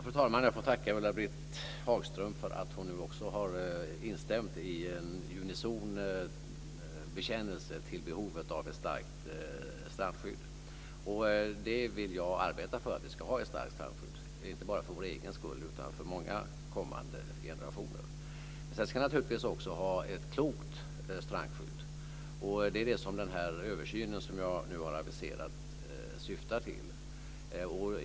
Fru talman! Jag får tacka Ulla-Britt Hagström för att hon nu också har instämt i en unison bekännelse till behovet av ett starkt strandskydd. Jag vill arbeta för att vi ska ha ett starkt strandskydd, inte bara för vår egen skull utan för många kommande generationer. Sedan ska vi naturligtvis också ha ett klokt strandskydd. Det är det som den översyn som jag nu har aviserat syftar till.